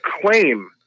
claim